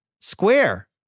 Square